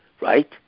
right